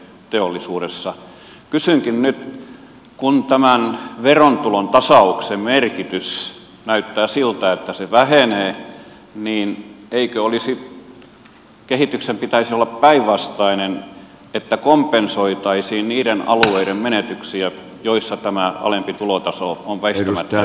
kysynkin nyt kun tämän verotulon tasauksen merkitys näyttää siltä että se vähenee niin eikö kehityksen pitäisi olla päinvastainen eli että kompensoitaisiin niiden alueiden menetyksiä joissa tämä alempi tulotaso on väistämättä edessä